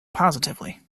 positively